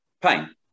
pain